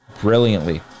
brilliantly